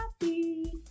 happy